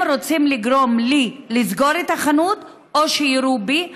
הם רוצים לגרום לי לסגור את החנות או שיירו בי,